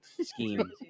scheme